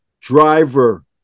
driver